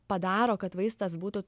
padaro kad vaistas būtų